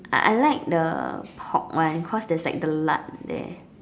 I I like the pork one because there's like the lard there